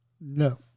No